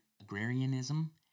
agrarianism